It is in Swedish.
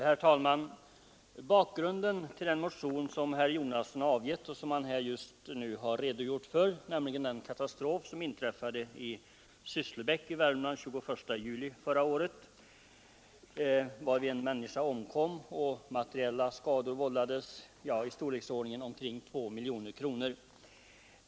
Herr talman! Bakgrunden till den motion som herr Jonasson har avgett och som han just nu har redogjort för är den katastrof som inträffade i Sysslebäck i Värmland den 21 juli förra året, varvid en människa omkom och materiella skador vållades för omkring 2 miljoner kronor.